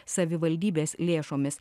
savivaldybės lėšomis